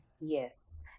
Yes